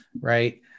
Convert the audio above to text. right